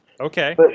Okay